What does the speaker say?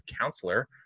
counselor